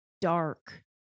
dark